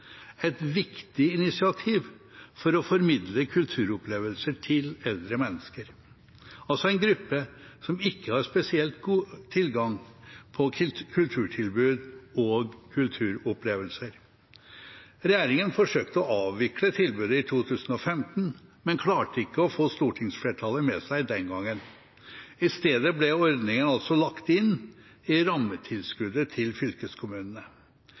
et viktig initiativ for å formidle kulturopplevelser til eldre mennesker, altså en gruppe som ikke har spesielt god tilgang på kulturtilbud og kulturopplevelser. Regjeringen forsøkte å avvikle tilbudet i 2015, men klarte ikke å få stortingsflertallet med seg den gangen. I stedet ble ordningen lagt inn i rammetilskuddet til fylkeskommunene.